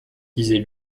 disait